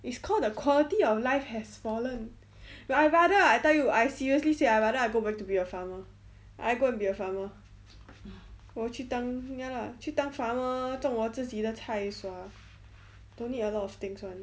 it's called the quality of life has fallen but I rather I tell you I seriously say I rather I go back to be a farmer I go and be a farmer 我去当 ya lah 去当 farmer 种我自己的菜 sua don't need a lot of things [one]